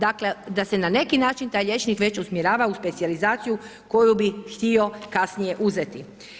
Dakle, da se na neki način taj liječnik usmjerava u specijalizaciju koju bi htio kasnije uzeti.